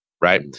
Right